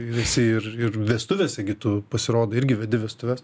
visi ir ir vestuvėse gi tu pasirodo irgi vedi vestuves